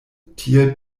tiel